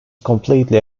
completely